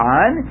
on